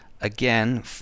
Again